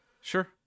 Sure